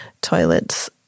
toilet's